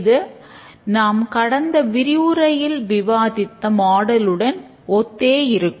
இது நாம் கடந்த விரிவுரையில் விவாதித்த மாடலுடன் ஒத்தே இருக்கும்